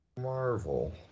Marvel